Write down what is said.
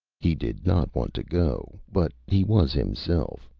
he did not want to go, but he was himself,